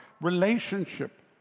relationship